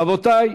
רבותי,